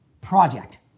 project